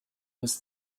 was